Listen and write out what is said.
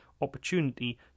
opportunity